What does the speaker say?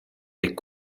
est